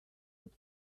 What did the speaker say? mit